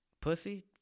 pussy